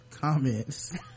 comments